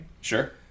Sure